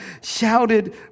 shouted